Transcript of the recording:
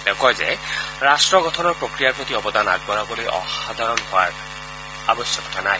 তেওঁ কয় যে ৰাট্ট গঠনৰ প্ৰক্ৰিয়াৰ প্ৰতি অৱদান আগবঢ়াবলৈ অসাধাৰণ হোৱাৰ প্ৰয়োজন নাই